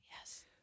Yes